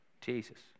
Jesus